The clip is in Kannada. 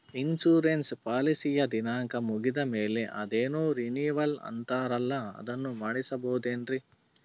ಇನ್ಸೂರೆನ್ಸ್ ಪಾಲಿಸಿಯ ದಿನಾಂಕ ಮುಗಿದ ಮೇಲೆ ಅದೇನೋ ರಿನೀವಲ್ ಅಂತಾರಲ್ಲ ಅದನ್ನು ಮಾಡಿಸಬಹುದೇನ್ರಿ?